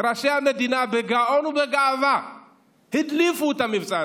ראשי המדינה בגאון ובגאווה הדליפו את המבצע הזה,